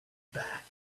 back